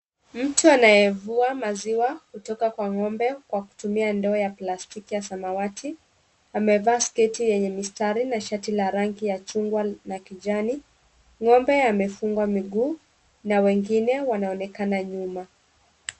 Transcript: Mtu anayevua maziwa kutoka kwa ng'ombe kwa kutumia ndoo ya plastiki ya samawati. Amevaa sketi yenye mistari na shati la rangi ya chungwa na kijani. Ng'ombe amefungwa miguu, na wengine wanaonekana nyuma.